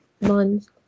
months